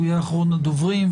אחרון הדוברים,